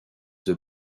the